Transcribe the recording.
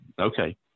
Okay